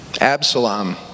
Absalom